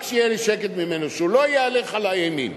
רק שיהיה לי שקט ממנו, שהוא לא יהלך עלי אימים.